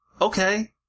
Okay